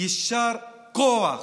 יישר כוח